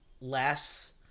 less